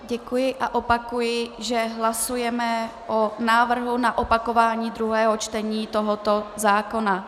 Děkuji a opakuji, že hlasujeme o návrhu na opakování druhého čtení tohoto zákona.